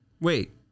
Wait